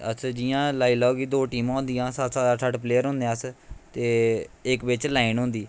अस जियां लाई लैओ दौ टीमां होंदियां अट्ठ अट्ठ प्लेयर होने अस ते इक्क बिच लाईन होंदी